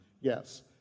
Yes